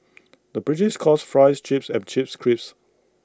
the British calls Fries Chips and Chips Crisps